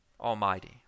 Almighty